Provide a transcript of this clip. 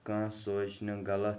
کانٛہہ سوچہِ نہٕ غلط